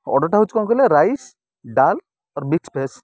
ଅର୍ଡ଼ରଟା ହଉଛି କ'ଣ କହିଲେ ରାଇସ୍ ଡାଲ ଆର୍ ମିକ୍ସ ଭେଜ୍